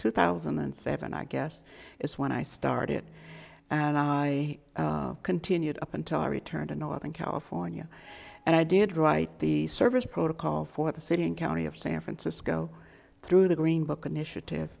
two thousand and seven i guess is when i started and i continued up until i returned to northern california and i did write the service protocol for the city and county of san francisco through the green book initiative